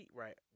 right